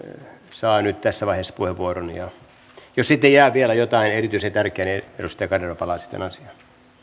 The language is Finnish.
saa nyt tässä vaiheessa puheenvuoron jos sitten jää vielä jotain erityisen tärkeää niin edustaja kanerva palaa sitten asiaan